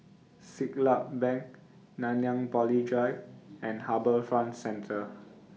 Siglap Bank Nanyang Poly Drive and HarbourFront Centre